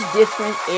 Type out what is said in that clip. different